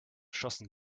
schossen